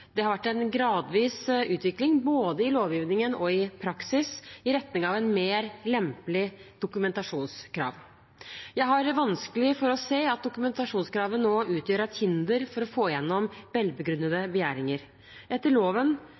Det har vært en gradvis utvikling, både i lovgivningen og i praksis, i retning av et mer lempelig dokumentasjonskrav. Jeg har vanskelig for å se at dokumentasjonskravet nå utgjør et hinder for å få gjennom velbegrunnede begjæringer. Etter loven